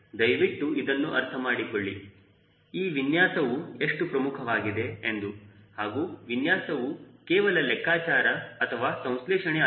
ದಯವಿಟ್ಟು ಇದನ್ನು ಅರ್ಥ ಮಾಡಿಕೊಳ್ಳಿ ಈ ವಿನ್ಯಾಸವು ಎಷ್ಟು ಪ್ರಮುಖವಾಗಿದೆ ಎಂದು ಹಾಗೂ ವಿನ್ಯಾಸವು ಕೇವಲ ಲೆಕ್ಕಚಾರ ಅಥವಾ ಸಂಸ್ಲೇಷಣೆ ಅಲ್ಲ